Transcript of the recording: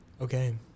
Okay